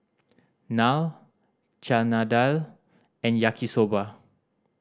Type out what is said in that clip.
Naan Chana Dal and Yaki Soba